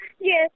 yes